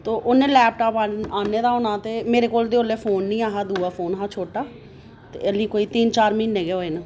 तो उन्नै लैपटॉप आह्ने दा होना ते मेरे कोल उसलै फोन निं हा दूआ फोन हा छोटा हाल्ली कोई तिन चार म्हीने गै होए न